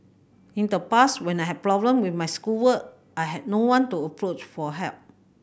in the past when I had problem with my schoolwork I had no one to approach for help